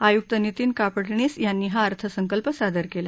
आयुक्त नितीन कापडणीस यांनी हा अर्थसंकल्प सादर केला